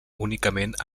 únicament